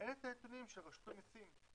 אין את הנתונים של רשות המסים,